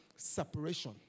separation